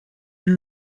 chez